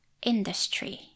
Industry